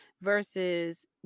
versus